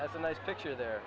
that's a nice picture there